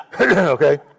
Okay